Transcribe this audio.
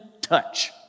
touch